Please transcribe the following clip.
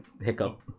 hiccup